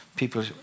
people